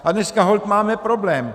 A dneska holt máme problém.